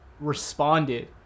responded